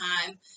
time